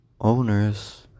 owners